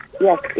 yes